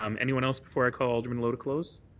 um anyone else before i call alderman lowe to close?